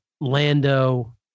Lando